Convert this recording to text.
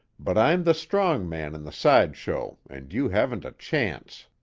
but i'm the strong man in the sideshow, and you haven't a chance.